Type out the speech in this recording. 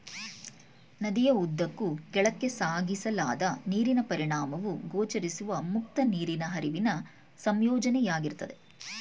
ನದಿಯ ಉದ್ದಕ್ಕೂ ಕೆಳಕ್ಕೆ ಸಾಗಿಸಲಾದ ನೀರಿನ ಪರಿಮಾಣವು ಗೋಚರಿಸುವ ಮುಕ್ತ ನೀರಿನ ಹರಿವಿನ ಸಂಯೋಜನೆಯಾಗಿರ್ತದೆ